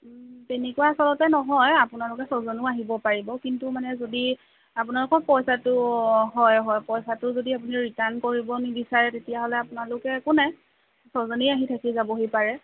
তেনেকুৱা আচলতে নহয় আপোনালোকে ছজনো আহিব পাৰিব কিন্তু মানে যদি আপোনালোকৰ পইচাটো হয় হয় পইচাটো যদি আপুনি ৰিটাৰ্ণ কৰিব নিবিচাৰে তেতিয়াহ'লে আপোনালোকে একো নাই ছজনেই আহি থাকি যাব পাৰে